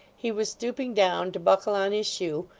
he was stooping down to buckle on his shoe,